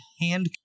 hand